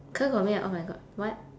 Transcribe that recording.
ke kou mian oh my god what